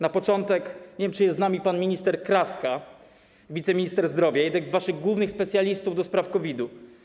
Nie wiem, czy jest z nami pan minister Kraska, wiceminister zdrowia, jeden z waszych głównych specjalistów do spraw COVID-u.